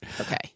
okay